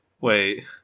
Wait